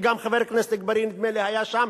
וגם חבר הכנסת אגבאריה נדמה לי היה שם,